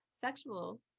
sexual